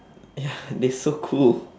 ya they so cool